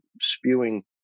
spewing